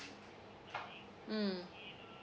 mm